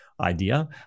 idea